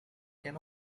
can